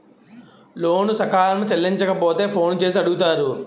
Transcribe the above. లోను సకాలంలో చెల్లించకపోతే ఫోన్ చేసి అడుగుతారు